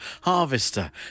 Harvester